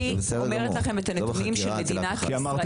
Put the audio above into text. אני אומרת לכם את הנתונים של מדינת ישראל.